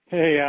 Hey